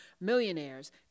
millionaires